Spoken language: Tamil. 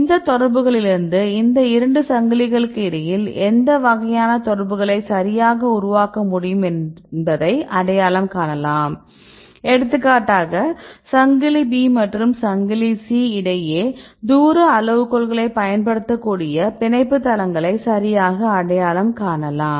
இந்த தொடர்புகளிலிருந்து இந்த 2 சங்கிலிகளுக்கு இடையில் எந்த வகையான தொடர்புகளைச்சரியாக உருவாக்க முடியும் என்பதை அடையாளம் காணலாம் எடுத்துக்காட்டாக சங்கிலி B மற்றும் சங்கிலி C இடையே தூர அளவுகோல்களை பயன்படுத்தக்கூடிய பிணைப்பு தளங்களை சரியாக அடையாளம் காணலாம்